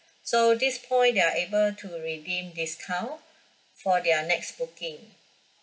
so this point they are able to redeem discount for their next booking